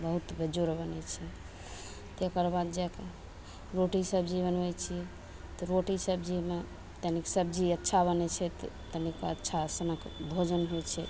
बहुत बेजोड़ बनय छै तकरबाद जा कऽ रोटी सब्जी बनबय छी तऽ रोटी सब्जीमे तनिक सब्जी अच्छा बनय छै तनिक अच्छा सनक भोजन होइ छै